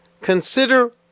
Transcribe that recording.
Consider